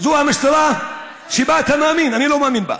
המשטרה שבה אתה מאמין, אני לא מאמין בה,